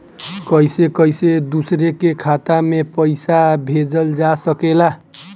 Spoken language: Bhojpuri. कईसे कईसे दूसरे के खाता में पईसा भेजल जा सकेला?